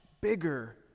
bigger